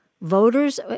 voters